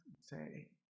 say